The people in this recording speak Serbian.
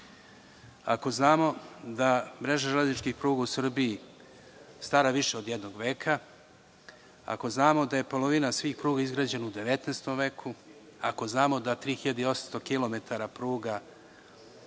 ako znamo da je mreža železničkih pruga u Srbiji stara više od jednog veka, ako znamo da je polovina svih pruga izgrađena u 19. veku, ako znamo da od 3.800